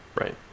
right